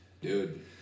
Dude